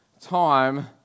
time